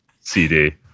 cd